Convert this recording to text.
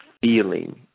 feeling